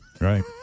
Right